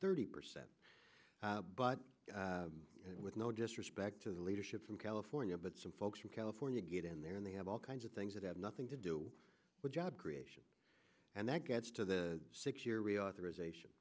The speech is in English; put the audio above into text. thirty percent but with no disrespect to the leadership from california but some folks from california get in there and they have all kinds of things that have nothing to do with job creation and that gets to the six year reauthorization